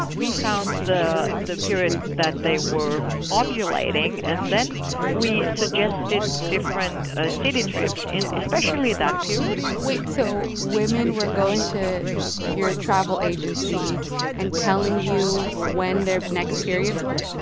we found the the period that they were ovulating. and then we suggested different city trips in especially that period wait. so women were going to your travel agency and telling you when their next periods were.